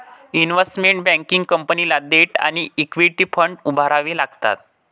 investment banking कंपनीला debt आणि equity fund उभारावे लागतात